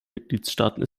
mitgliedstaaten